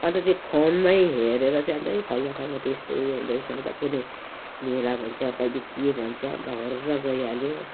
अन्त त्यही फोनमै हेरेर चाहिँ अन्त ए फलना ठाउँमा त यस्तो उयो हुँदैछ अब कुनै मेला भन्छ कहिले के भन्छ अन्त हर्र गइहाल्यो